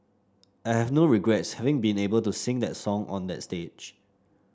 I have no regrets having been able to sing that song on that stage